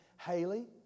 Haley